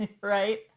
Right